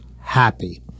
happy